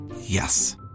Yes